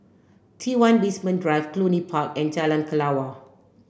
T one Basement Drive Cluny Park and Jalan Kelawar